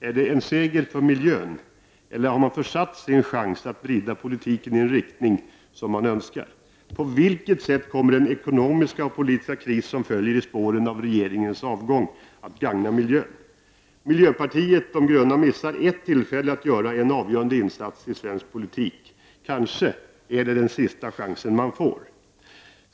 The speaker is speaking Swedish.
Är det en seger för miljön, eller har man försuttit sin chans att vrida politiken i den riktning som man önskar? På vilket sätt kommer den ekonomiska och politiska krisen som följer i spåren av regeringens avgång att gagna miljön? Miljöpartiet de gröna missar ett tillfälle att göra en avgörande insats i svensk politik. Kanske är det den sista chansen som partiet får.